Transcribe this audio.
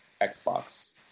Xbox